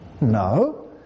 No